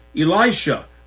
Elisha